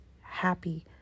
happy